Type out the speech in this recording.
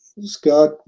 scott